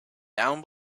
down